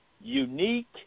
unique